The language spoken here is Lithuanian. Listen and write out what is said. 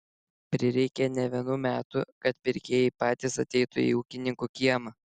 prireikė ne vienų metų kad pirkėjai patys ateitų į ūkininkų kiemą